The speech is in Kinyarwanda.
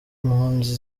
impunzi